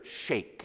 shake